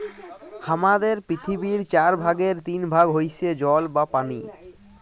হামাদের পৃথিবীর চার ভাগের তিন ভাগ হইসে জল বা পানি